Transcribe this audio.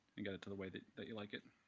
and get it to the way that that you like it.